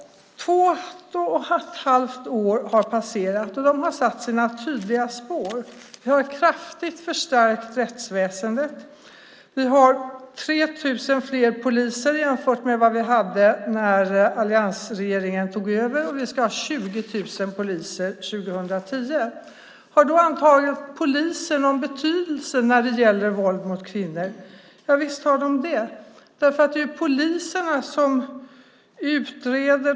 Två och ett halvt år har passerat, och de har satt sina tydliga spår. Vi har kraftigt förstärkt rättsväsendet. Vi har 3 000 fler poliser jämfört med vad vi hade när alliansregeringen tog över, och vi ska ha 20 000 poliser 2010. Har då antalet poliser någon betydelse när det gäller våld mot kvinnor? Ja, visst har det det! Det är poliserna som utreder.